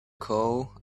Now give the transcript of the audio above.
call